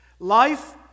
Life